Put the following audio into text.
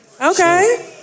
Okay